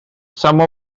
some